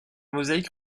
mosaïque